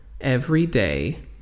everyday